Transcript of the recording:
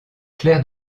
clerc